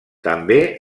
també